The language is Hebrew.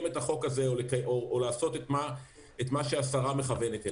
את החוק הזה או לעשות את מה שהשרה מכוונת אליו.